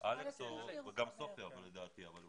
אז אנחנו